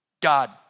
God